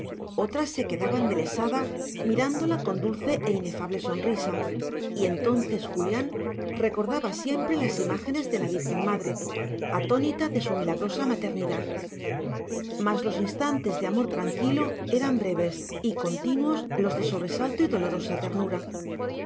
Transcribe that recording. otras se quedaba embelesada mirándola con dulce e inefable sonrisa y entonces julián recordaba siempre las imágenes de la virgen madre atónita de su milagrosa maternidad mas los instantes de amor tranquilo eran breves y continuos los de sobresalto y dolorosa ternura